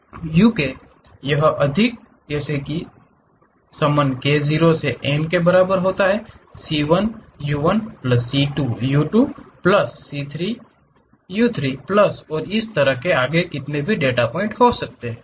uk यह अधिक है जैसे कि समन k 0 से n के बराबर होता है c 1 u 1 plus c 2 u 2 plus c 3 u 3 plus और इसी तरह आपके पास कितने डेटा पॉइंट हैं